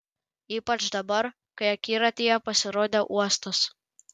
ypač dabar kai akiratyje pasirodė uostas